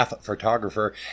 photographer